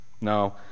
no